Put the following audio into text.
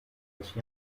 des